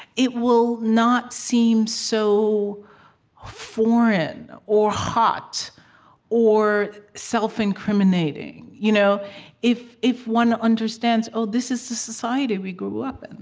it will not seem so foreign or hot or self-incriminating. you know if if one understands, oh, this is the society we grew up in,